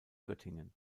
göttingen